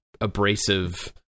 abrasive